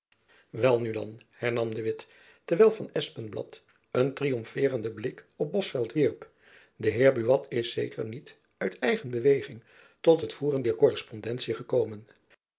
worden welnu dan hernam de witt terwijl van espenblad een triomfeerenden blik op bosveldt wierp de heer buat is zeker niet uit eigen beweging tot het voeren dier korrespondentie gekomen